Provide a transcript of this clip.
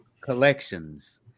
collections